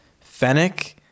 Fennec